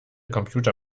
computer